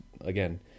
again